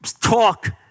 talk